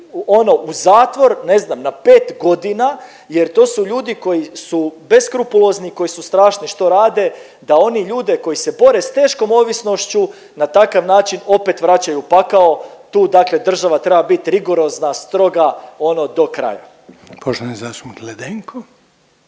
u zatvor, ne znam na 5.g. jer to su ljudi koji su beskrupulozni, koji su strašni što rade da oni ljude koji se bore s teškom ovisnošću na takav način opet vraćaju u pakao, tu dakle država treba bit rigorozna, stroga ono do kraja. **Reiner, Željko